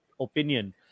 opinion